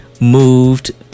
moved